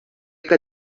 que